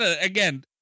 again